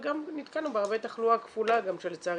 וגם נתקלנו בהרבה תחלואה כפולה שלצערי